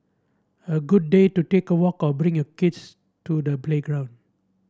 a good day to take a walk or bring your kids to the playground